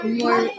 more